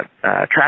traffic